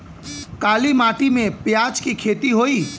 काली माटी में प्याज के खेती होई?